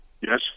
Yes